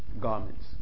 garments